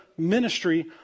ministry